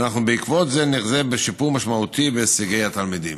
ואנחנו בעקבות זה נחזה בשיפור משמעותי בהישגי התלמידים.